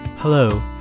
Hello